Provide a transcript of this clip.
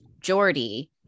Jordy